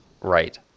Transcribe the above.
right